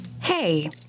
Hey